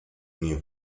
new